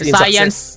science